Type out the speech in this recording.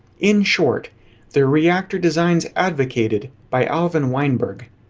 in short the reactor designs advocated by alvin weinberg.